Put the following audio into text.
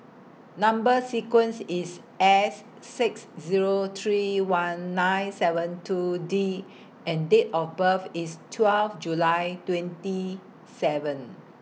Number sequence IS S six Zero three one nine seven two D and Date of birth IS twelve July twenty seven